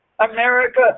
America